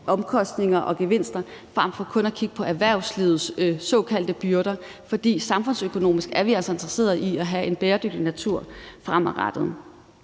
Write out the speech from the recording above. omkostninger og gevinster frem for kun at kigge på erhvervslivets såkaldte byrder. For samfundsøkonomisk er vi altså interesserede i fremadrettet at have en bæredygtig natur.